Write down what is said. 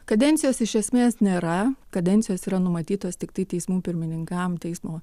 kadencijos iš esmės nėra kadencijos yra numatytos tiktai teismų pirmininkam teismo